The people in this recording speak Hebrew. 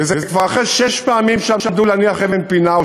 וזה כבר היה אחרי שש פעמים שעמדו להניח אבן-פינה,